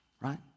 right